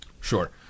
Sure